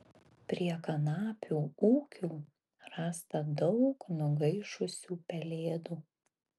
prie kanapių ūkių rasta daug nugaišusių pelėdų